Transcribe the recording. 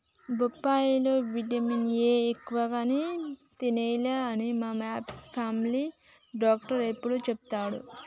బొప్పాయి లో vitamin A ఎక్కువ అని తినాలే అని మా ఫామిలీ డాక్టర్ ఎప్పుడు చెపుతాడు